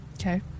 okay